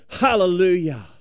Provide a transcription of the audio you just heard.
Hallelujah